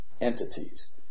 entities